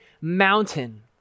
mountain